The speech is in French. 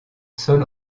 sol